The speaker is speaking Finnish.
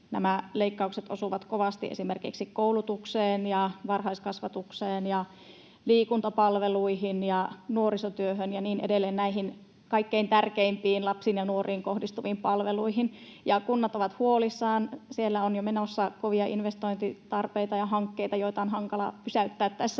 nämä leikkaukset osuvat kovasti esimerkiksi koulutukseen ja varhaiskasvatukseen ja liikuntapalveluihin ja nuorisotyöhön ja niin edelleen — näihin kaikkein tärkeimpiin, lapsiin ja nuoriin kohdistuviin palveluihin. Kunnat ovat huolissaan. Siellä on jo menossa kovia investointitarpeita ja hankkeita, joita on hankala pysäyttää tässä